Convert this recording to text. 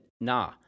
nah